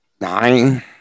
nine